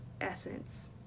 essence